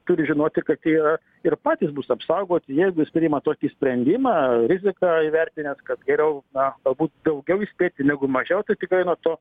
turi žinoti kad jie yra ir patys bus apsaugoti jeigu jis priima tokį sprendimą riziką įvertinęs kad geriau na galbūt daugiau įspėti negu mažiau tai tikrai na to